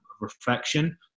reflection